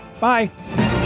Bye